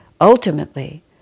ultimately